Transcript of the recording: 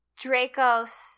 dracos